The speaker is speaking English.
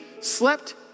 slept